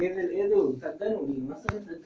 ఏ జాతి మేకలు ఎక్కువ పాలను ఉత్పత్తి చేస్తయ్?